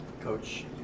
Coach